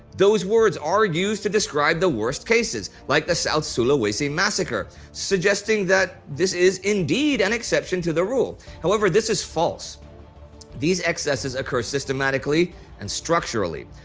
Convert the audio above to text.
words are used to describe the worst cases, like the south-sulawesi massacre, suggesting that this is indeed an exception to the rule. however, this is false these excesses occur systematically and structurally.